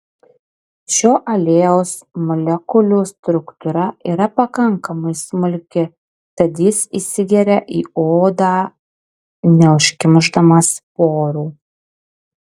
šio aliejaus molekulių struktūra yra pakankamai smulki tad jis įsigeria į odą neužkimšdamas porų